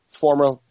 former